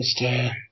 Mr